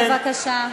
בבקשה.